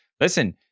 listen